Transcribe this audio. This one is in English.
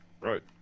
Right